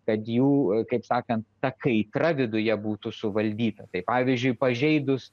kad jų kaip sakant ta kaitra viduje būtų suvaldyta tai pavyzdžiui pažeidus